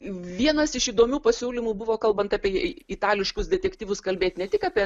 vienas iš įdomių pasiūlymų buvo kalbant apie itališkus detektyvus kalbėti ne tik apie